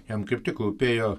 jam kaip tik rūpėjo